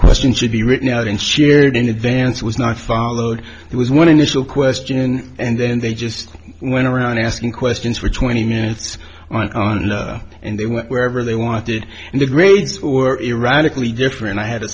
question should be written out and shared in advance was not followed it was one initial question and then they just went around asking questions for twenty minutes and they went wherever they wanted and the grades were erotically different i had a